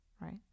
right